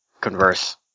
converse